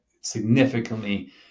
significantly